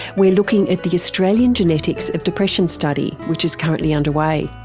we're looking at the australian genetics of depression study which is currently underway.